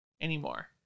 anymore